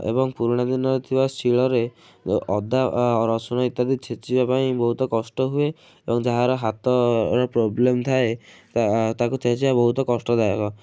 ଏବଂ ପୁରୁଣା ଦିନରେ ଥିବା ଶିଳରେ ଅଦା ରସୁଣ ଇତ୍ୟାଦି ଛେଚିବା ପାଇଁ ବହୁତ କଷ୍ଟ ହୁଏ ଏବଂ ଯାହାର ହାତର ପ୍ରୋବ୍ଲେମ ଥାଏ ତା ତାକୁ ଛେଚିବା ବହୁତ କଷ୍ଟଦାୟକ